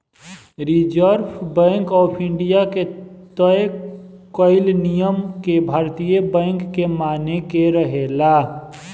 reserve bank of India के तय कईल नियम के भारतीय बैंक के माने के रहेला